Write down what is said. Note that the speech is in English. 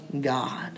God